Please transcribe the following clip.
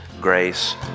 grace